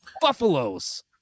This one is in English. Buffaloes